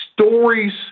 stories